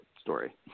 story